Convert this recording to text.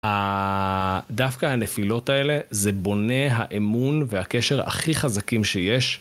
דווקא הנפילות האלה, זה בונה האמון והקשר הכי חזקים שיש.